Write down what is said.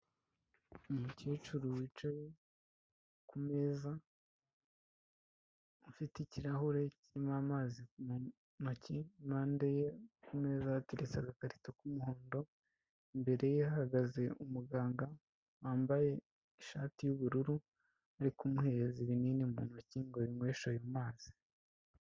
Umukecuru wicaye kumeza, ufite ikirahure kirimo amazi mu ntoki, impande ye ku meza hate, retse agakarito k'umuhondo imbere ye hahagaze umuganga wambaye ishati y'ubururu ari kumuhereza ibinini mu ntoki ngo abinyweshe ayo mazi.